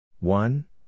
One